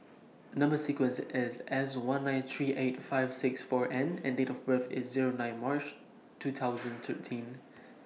Number sequence IS S one nine three eight five six four N and Date of birth IS Zero nine March two thousand thirteen